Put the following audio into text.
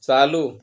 चालू